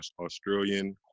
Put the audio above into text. Australian